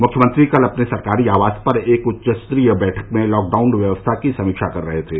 मुख्यमंत्री कल अपने सरकारी आवास पर एक उच्च स्तरीय बैठक में लॉकडाउन व्यवस्था की समीक्षा कर रहे थे